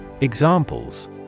Examples